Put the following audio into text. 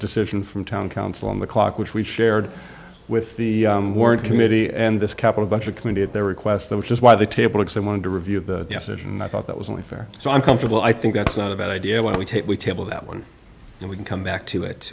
decision from town council on the clock which we shared with the committee and this capital budget committee at their request which is why the table it said wanted to review the message and i thought that was only fair so i'm comfortable i think that's not a bad idea when we take we tabled that one and we can come back to it